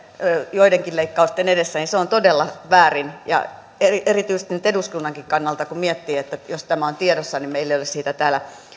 joidenkin leikkausten edessä niin se on todella väärin ja erityisesti nyt eduskunnankin kannalta kun miettii että jos tämä on tiedossa niin meille ei ole siitä täällä